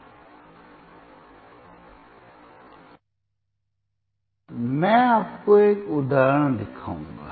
तो मैं आपको एक उदाहरण दिखाऊंगा